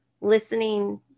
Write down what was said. listening